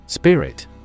Spirit